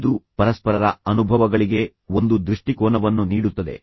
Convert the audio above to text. ಇದು ಪರಸ್ಪರರ ಅನುಭವಗಳಿಗೆ ಒಂದು ದೃಷ್ಟಿಕೋನವನ್ನು ನೀಡುತ್ತದೆ